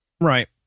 Right